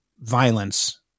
violence